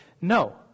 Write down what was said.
no